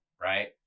right